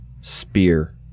spear